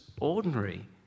ordinary